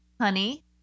honey